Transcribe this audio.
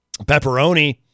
pepperoni